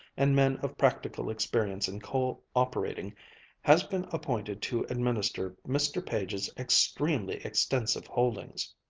and men of practical experience in coal-operating has been appointed to administer mr. page's extremely extensive holdings.